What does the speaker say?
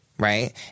Right